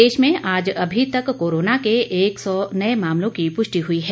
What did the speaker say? प्रदेश में आज अभी तक कोरोना के एक सौ नए मामलों की पुष्टि हुई है